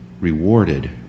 rewarded